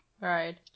Right